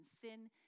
sin